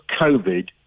COVID